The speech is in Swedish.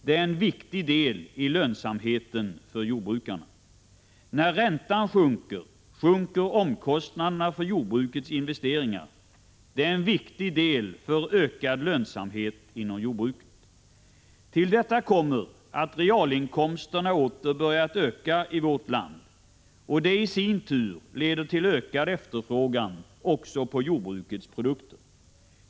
Det är en viktig del i lönsamheten för jordbrukarna. När räntan sjunker, sjunker omkostnaderna för jordbrukets investeringar. Det är en viktig del för ökad lönsamhet inom jordbruket. Till detta kommer att realinkomsterna åter börjat öka i vårt land. Det i sin tur leder till ökad efterfrågan också på jordbrukets produkter.